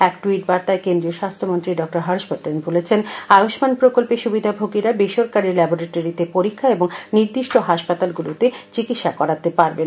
এক টুইট বার্তায় কেন্দ্রীয় স্বাস্থ্যমন্ত্রী ডাঃ হর্ষবর্ধন বলেছেন আয়ুষ্মান প্রকল্পে সুবিধাভোগীরা বেসরকারি ল্যাবরেটরিতে পরীক্ষা এবং নির্দিষ্ট হাসপাতালগুলোতে চিকিৎসা করাতে পারবেন